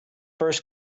first